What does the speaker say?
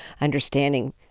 understanding